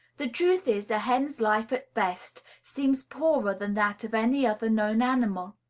the truth is, a hen's life at best seems poorer than that of any other known animal.